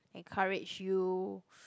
encourage you